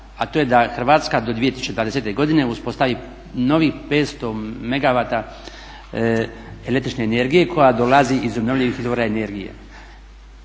a to je da Hrvatska do 2020. godine uspostavi novih 500 megavat električne energije koja dolazi iz obnovljivih izvora energije.